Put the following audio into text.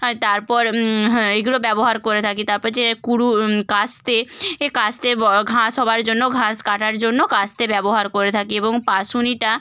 হ্যাঁ তারপর হ্যাঁ এইগুলো ব্যবহার করে থাকি তাপর যে কুড়ুল কাস্তে কাস্তে ঘাস হবার জন্য ঘাস কাটার জন্য কাস্তে ব্যবহার করে থাকি এবং পাসুনিটা